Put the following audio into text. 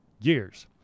years